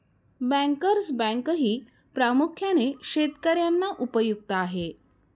bankers बँकही प्रामुख्याने शेतकर्यांना उपयुक्त आहे